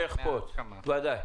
בכל עת שיחפוץ, בוודאי.